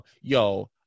Yo